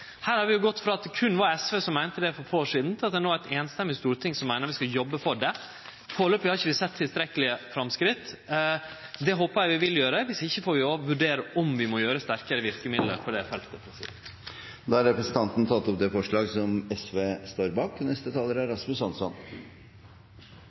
Her har vi gått frå at det berre var SV som meinte dette for få år sidan, til at det no er eit samrøystes storting som meiner at vi skal jobbe for det. Foreløpig har vi ikkje sett tilstrekkelege framsteg, men det håpar eg vi vil gjere. Viss ikkje får vi vurdere om vi må ta i bruk sterkare verkemiddel på det feltet. Representanten Bård Vegar Solhjell har tatt opp det forslaget